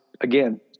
again